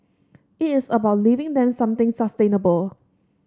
it is about leaving them something sustainable